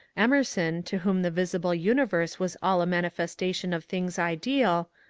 emerson, to whom the visible universe was all a manifestation of things ideal,